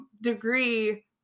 degree